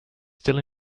still